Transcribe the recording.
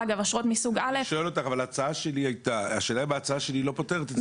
אני שואל אותך האם ההצעה שלי לא פותרת את זה.